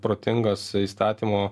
protingas įstatymo